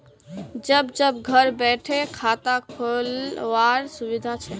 जब जब घर बैठे खाता खोल वार सुविधा छे